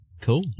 Cool